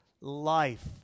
life